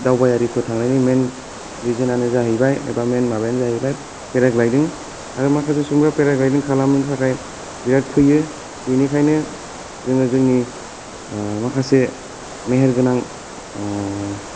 दावबायारिफोर थांनायनि मेन रिजोनयानो जाहैबाय एबा मेन माबा यानो जाहैबाय पेराग्लायदिं आरो माखासे सुबुंफ्रा पेराग्लायदिं खालामनो थाखाय बेराद फैयो बेनिखायनो जोंयो जोंनि माखासे मेहेर गोनां